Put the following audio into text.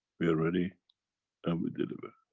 we are ready and we deliver.